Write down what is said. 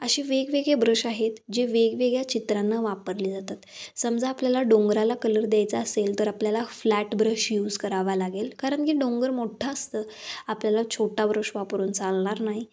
असे वेगवेगळे ब्रश आहेत जे वेगवेगळ्या चित्रांना वापरले जातात समजा आपल्याला डोंगराला कलर द्यायचा असेल तर आपल्याला फ्लॅट ब्रश यूज करावा लागेल कारण की डोंगर मोठा असतो आपल्याला छोटा ब्रश वापरून चालणार नाही